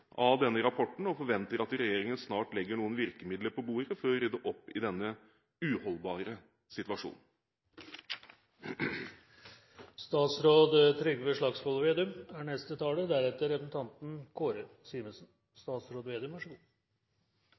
av denne rapporten og forventer at regjeringen snart legger noen virkemidler på bordet for å rydde opp i denne uholdbare situasjonen. Det er en alvorlig sak Stortinget i dag har til behandling. Den er